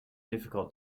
difficult